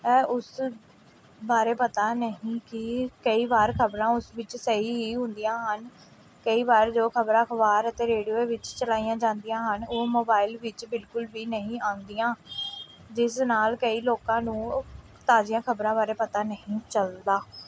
ਹੈ ਉਸ ਬਾਰੇ ਪਤਾ ਨਹੀਂ ਕਿ ਕਈ ਵਾਰ ਖਬਰਾਂ ਉਸ ਵਿੱਚ ਸਹੀ ਹੀ ਹੁੰਦੀਆਂ ਹਨ ਕਈ ਵਾਰ ਜੋ ਖਬਰਾਂ ਅਖ਼ਬਾਰ ਅਤੇ ਰੇਡੂਏ ਵਿੱਚ ਚਲਾਈਆਂ ਜਾਂਦੀਆਂ ਹਨ ਉਹ ਮੋਬਾਇਲ ਵਿੱਚ ਬਿਲਕੁਲ ਵੀ ਨਹੀਂ ਆਉਂਦੀਆਂ ਜਿਸ ਨਾਲ ਕਈ ਲੋਕਾਂ ਨੂੰ ਤਾਜੀਆਂ ਖਬਰਾਂ ਬਾਰੇ ਪਤਾ ਨਹੀਂ ਚੱਲਦਾ